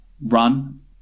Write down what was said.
run